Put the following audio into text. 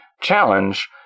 challenge